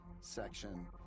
section